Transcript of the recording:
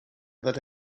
that